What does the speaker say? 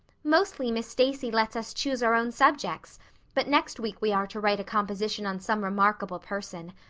mostly miss stacy lets us choose our own subjects but next week we are to write a composition on some remarkable person.